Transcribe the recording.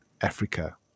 Africa